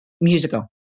musical